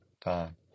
time